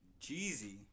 Jeezy